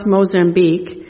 Mozambique